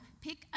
pick